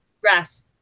Grass